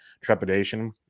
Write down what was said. trepidation